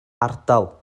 ardal